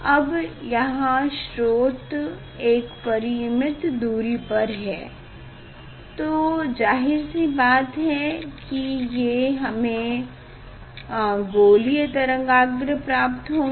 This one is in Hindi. अब यहाँ स्रोत एक परिमित दूरी पर है तो जाहिर सी बात है कि हमें गोलीय तरांगाग्र प्राप्त होंगे